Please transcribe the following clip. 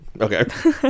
okay